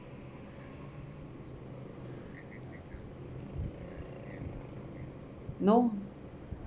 nope